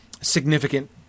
significant